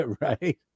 Right